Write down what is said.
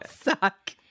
suck